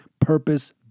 purpose